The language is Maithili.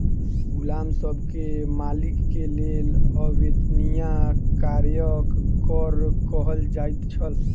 गुलाम सब के मालिक के लेल अवेत्निया कार्यक कर कहल जाइ छल